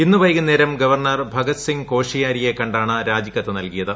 ഇന്ന് വൈകുന്നേരം ഗവർണർ ഭഗത്സിംഗ് കോഷിയാരിയെ കണ്ടാണ് രാജിക്കത്ത് നൽകിയത്